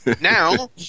Now